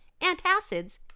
antacids